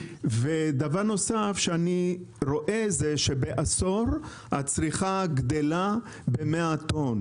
דבר נוסף שאני רואה זה שבעשור הצריכה גדלה ב-100,000 טון,